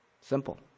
Simple